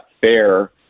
fair